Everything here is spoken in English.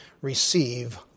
receive